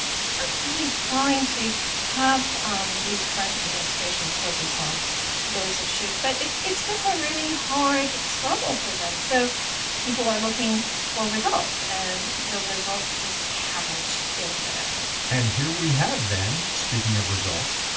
japan is really trying to have um the current administration focus on those issues, but it's it's been a really hard struggle for them. so people are looking for results, and the results just haven't been there and here we have then, speaking of results,